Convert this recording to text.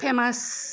famous